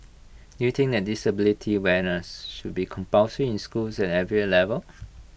do you think the disability awareness should be compulsory in schools at every level